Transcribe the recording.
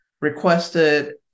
requested